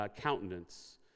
countenance